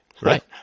Right